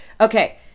Okay